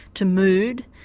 to mood,